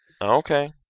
Okay